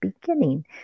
beginning